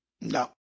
no